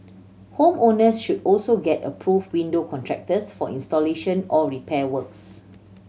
home owners should also get approved window contractors for installation or repair works